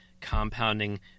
compounding